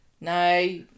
No